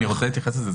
אני רוצה להתייחס לזה.